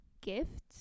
gifts